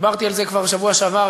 דיברתי על זה כבר בשבוע שעבר,